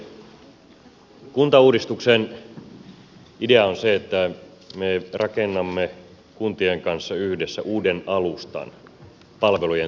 kuntauudistuksen idea on se että me rakennamme kuntien kanssa yhdessä uuden alustan palvelujen tuottamiselle